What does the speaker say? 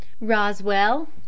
Roswell